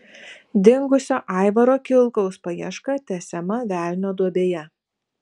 dingusio aivaro kilkaus paieška tęsiama velnio duobėje